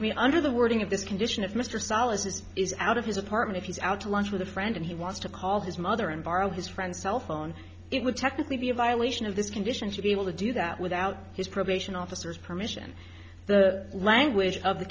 me under the wording of this condition if mr salis is is out of his apartment if he's out to lunch with a friend and he wants to call his mother and borrow his friend's cellphone it would technically be a violation of this conditions to be able to do that without his probation officers permission the language of the